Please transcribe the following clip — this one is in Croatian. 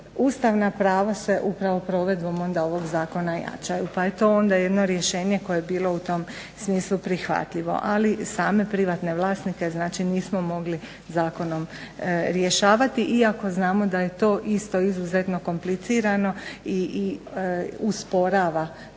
ustavna prava se upravo provedbom onda ovog Zakona jačanju pa je to onda jedno rješenje koje je bilo u tom smislu prihvatljivo. Ali same privatne vlasnike, znači nismo mogli zakonom rješavati iako znamo da je to isto izuzetno komplicirano i usporava provedbu